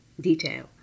detail